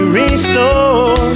restore